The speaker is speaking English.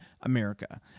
America